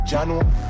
January